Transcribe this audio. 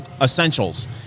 essentials